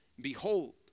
Behold